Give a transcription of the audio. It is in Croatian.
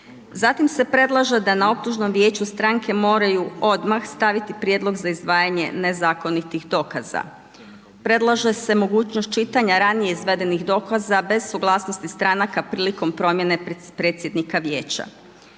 Zatim se predlaže da na optužnom vijeću stranke moraju odmah staviti prijedlog za izdvajanje nezakonitih dokaza. Predlaže se mogućnost čitanja ranije izvedenih dokaza bez suglasnosti stranaka prilikom promjene predsjednika Vijeća.